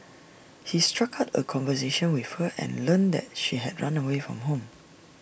he struck up A conversation with her and learned that she had run away from home